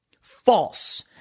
False